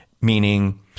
meaning